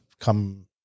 come